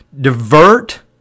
divert